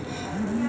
पैसा कैसे निकालम?